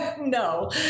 No